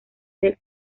del